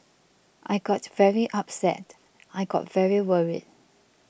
I got very upset I got very worried